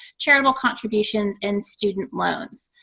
charitable contributions, and student loans.